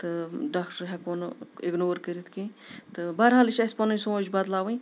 تہٕ ڈاکٹر ہٮ۪کون نہٕ اِگنور کٔرِتھ کینٛہہ تہٕ بَرحال یہِ چھِ اَسہِ پَنٕنۍ سونچ بَدلاوٕنۍ